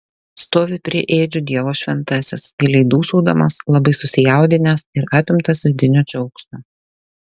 stovi prie ėdžių dievo šventasis giliai dūsaudamas labai susijaudinęs ir apimtas vidinio džiaugsmo